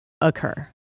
occur